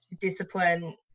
discipline